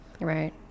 right